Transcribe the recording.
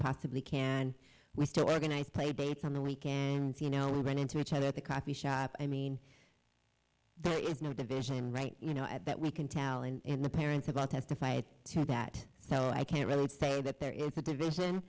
possibly can to organize play dates on the weekend and you know we ran into each other at the coffee shop i mean there is no division right you know at that we can tell and the parents about testified to that so i can't really say that there is a division